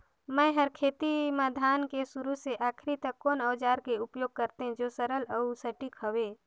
मै हर खेती म धान के शुरू से आखिरी तक कोन औजार के उपयोग करते जो सरल अउ सटीक हवे?